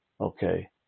okay